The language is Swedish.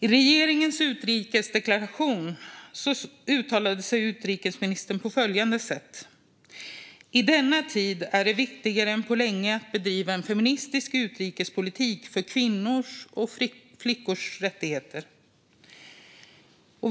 I regeringens utrikesdeklaration uttalade sig utrikesministern på följande sätt: "I denna tid är det viktigare än på länge att bedriva en feministisk utrikespolitik för kvinnors och flickors rättigheter."